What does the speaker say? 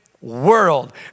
World